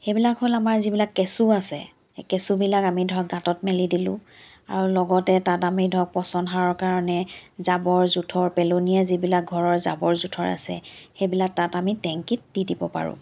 সেইবিলাক যি হ'ল আমাৰ কেঁচু আছে সেই কেঁচুবিলাক আমি ধৰক গাতত মেলি দিলো আৰু লগতে তাত আমি ধৰক পচন সাৰৰ কাৰণে জাব জোথৰ পেলনীয়া যিবিলাক ঘৰৰ জাবৰ জোথৰ আছে সেইবিলাক তাত আমি টেংকিত দি দিব পাৰোঁ